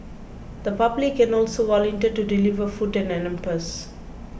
the public can also volunteer to deliver food hampers